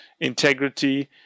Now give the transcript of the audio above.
integrity